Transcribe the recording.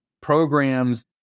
programs